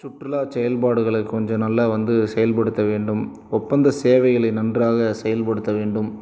சுற்றுலா செயல்பாடுகளை கொஞ்சம் நல்லா வந்து செயல்படுத்த வேண்டும் ஒப்பந்த சேவைகளை நன்றாக செயல்படுத்த வேண்டும்